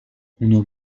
اونو